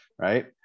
Right